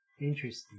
Interesting